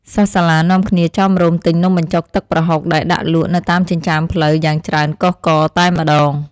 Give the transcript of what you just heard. សិស្សសាលានាំគ្នាចោមរោមទិញនំបញ្ចុកទឹកប្រហុកដែលដាក់លក់នៅតាមចិញ្ចើមផ្លូវយ៉ាងច្រើនកុះករតែម្តង។